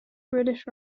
british